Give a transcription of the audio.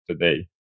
today